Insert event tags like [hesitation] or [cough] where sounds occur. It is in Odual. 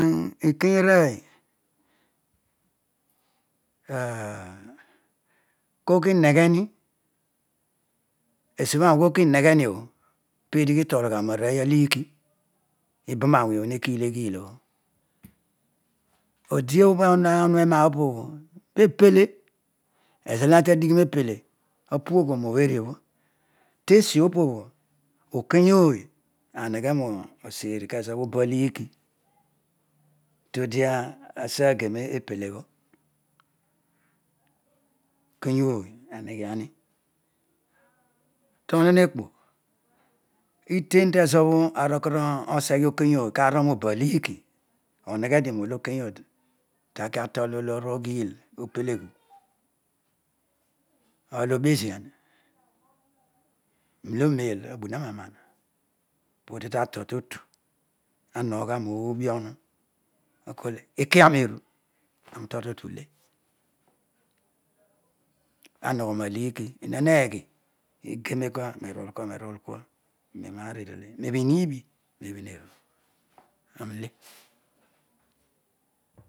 Mrere, ikeyarooy [hesitation] kol kineghemi esiobho aroi, ughool kineghe niobho peedi kitolugha nariooy aliky ibaroawony obho nekil eghil obho odioreo hu eroa opoblu peepele apuoghoro oberi obho fesiopobho okeyooy areghe rooseri kobo aliki todi asegene odi epele bho okeyooy anegtuahi tohoh ekpo iten tezobho oseghe okeyooy karol oba liiki oheghedio roolo okeyooy takiadol olo ori oghil opeleghi orol obezuan molo obeel obuua roaroan, podi tatol totu awoghogha noobi ohu oki roeru aroi utol totu ule anogho roaliiki eena heyhi igemekua rerol kua nerol kua, dedaar erele debhin llbi mebhin eru arouhe.